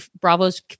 bravo's